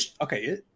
okay